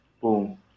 boom